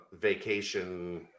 vacation